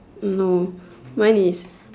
no mine is